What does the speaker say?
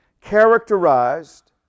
Characterized